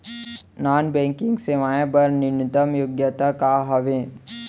Non banking सेवाएं बर न्यूनतम योग्यता का हावे?